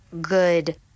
good